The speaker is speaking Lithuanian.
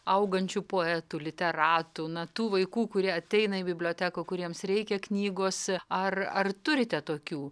augančių poetų literatų na tų vaikų kurie ateina į biblioteką kuriems reikia knygos ar ar turite tokių